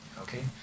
Okay